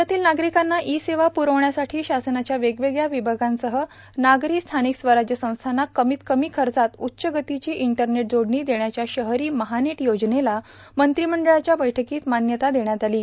राज्यातील नार्गारकांना ई सेवा प्रर्रावण्यासाठी शासनाच्या वेगवेगळ्या र्वभागांसह नागरी स्थानिक स्वराज्य संस्थांना कमीत कमी खचात उच्च गतीची इंटरनेट जोडणी देण्याच्या शहरो महानेट योजनेला मंत्रिमंडळाच्या बैठकोंत मान्यता देण्यात आलो